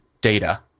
data